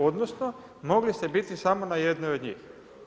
Odnosno, mogli ste biti samo na jednoj od njih.